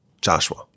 Joshua